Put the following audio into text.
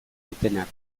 dutenak